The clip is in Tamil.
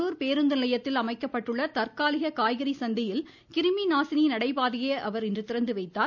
கரூர் பேருந்து நிலையத்தில் அமைக்கப்பட்டுள்ள தற்காலிக காய்கறி சந்தையில் கிருமி நாசினி நடைபாதையை அவர் இன்று திறந்துவைத்தார்